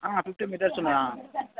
fifty metres ఉన్నదా